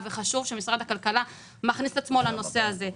והיא גם מראה את האימפקט החברתי שלה פעם אחר פעם.